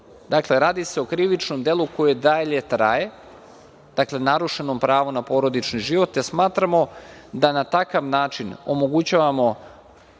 Dakle, radi se o krivičnom delu koji i dalje traje. Dakle, narušenom pravu na porodični život, jer smatramo da na takav način omogućavamo